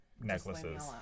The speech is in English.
necklaces